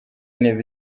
neza